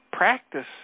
Practice